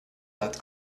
that